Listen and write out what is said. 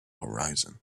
horizon